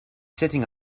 sitting